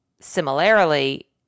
similarly